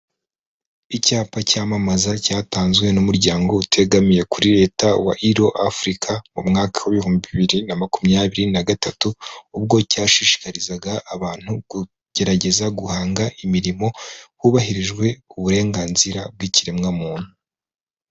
Icyapa cyamamaza cyatanzwe n'umuryango utegamiye kuri Leta wa ILO Afurika, mu mwaka w'ibihumbi bibiri na makumyabiri na gatatu, ubwo cyashishikarizaga abantu kugerageza guhanga imirimo hubahirijwe uburenganzira bw'ikiremwamuntu.